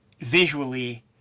Visually